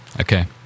Okay